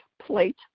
plate